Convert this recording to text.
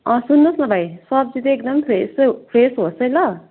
अँ सुन्नुहोस् न भाइ सब्जी चाहिँ एकदम फ्रेस है फ्रेस होस् है ल